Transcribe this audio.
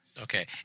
Okay